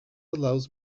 allows